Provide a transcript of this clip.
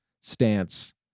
stance